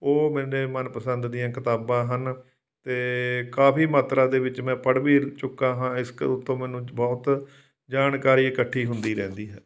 ਉਹ ਮੇਰੇ ਮਨ ਪਸੰਦ ਦੀਆਂ ਕਿਤਾਬਾਂ ਹਨ ਅਤੇ ਕਾਫੀ ਮਾਤਰਾ ਦੇ ਵਿੱਚ ਮੈਂ ਪੜ੍ਹ ਵੀ ਚੁੱਕਾ ਹਾਂ ਇਸ ਉੱਤੋਂ ਮੈਨੂੰ ਬਹੁਤ ਜਾਣਕਾਰੀ ਇਕੱਠੀ ਹੁੰਦੀ ਰਹਿੰਦੀ ਹੈ